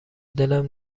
دلم